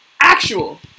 actual